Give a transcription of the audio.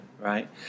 right